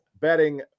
betting